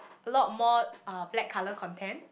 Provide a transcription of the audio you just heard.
a lot more uh black colour content